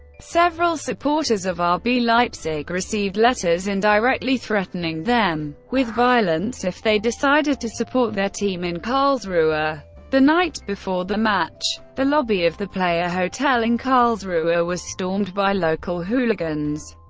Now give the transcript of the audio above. several supporters of ah rb leipzig received letters, indirectly threatening them with violence if they decided to support their team in karlsruhe. ah the night before the match, the lobby of the player hotel in karlsruhe ah was stormed by local hooligans.